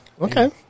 Okay